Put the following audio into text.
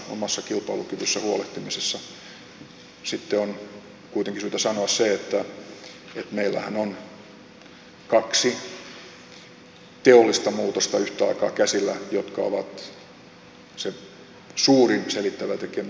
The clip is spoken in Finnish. sitten on kuitenkin syytä sanoa se että meillähän on kaksi teollista muutosta yhtä aikaa käsillä jotka muutokset ovat se suurin selittävä tekijä meidän vaikeuksillemme